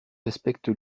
respecte